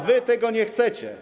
Wy tego nie chcecie.